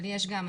אבל יש גם,